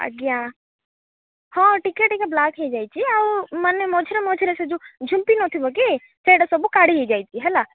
ଅଜ୍ଞା ହଁ ଟିକେ ଟିକେ ବ୍ଲାକ ହେଇଯାଇଛି ଆଉ ମାନେ ମଝିରେ ମଝିରେ ସେ ଯେଉଁ ଝୁମ୍ପି ନଥିବ କି ସେଇଟା ସବୁ କାଢ଼ି ହେଇ ଯାଇଛି ହେଲା